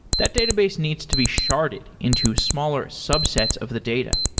that database needs to be sharded into smaller subsets of the data.